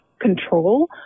control